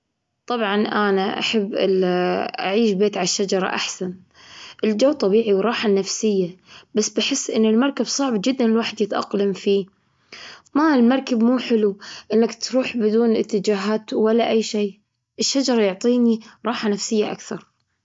طبعا، أنا أحب ال أعيش بيت على الشجرة. أحسن، الجو طبيعي والراحة النفسية. بس بحس أنه المركب صعب جدا، الواحد يتأقلم فيه. ما المركب مو حلو، إنك تروح بدون اتجاهات ولا أي شيء. الشجرة يعطيني راحة نفسية أكثر.